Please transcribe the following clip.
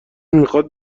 میخواد